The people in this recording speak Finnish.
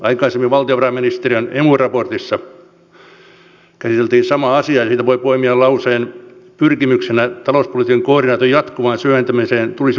aikaisemmin valtiovarainministeriön emu raportissa käsiteltiin samaa asiaa ja siitä voi poimia lauseen pyrkimyksestä talouspolitiikan koordinaation jatkuvaan syventämiseen tulisi luopua